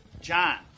John